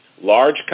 large